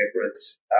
favorites